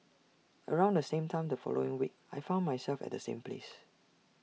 around the same time the following week I found myself at the same place